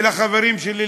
ולחברים שלי,